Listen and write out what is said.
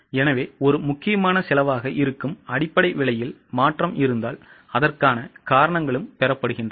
எனவே ஒரு முக்கியமான செலவாக இருக்கும் அடிப்படை விலையில் மாற்றம் இருந்தால் அதற்கான காரணங்களும் பெறப்படுகின்றன